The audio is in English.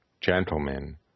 Gentlemen